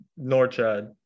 Norchad